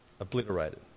Obliterated